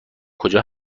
کجا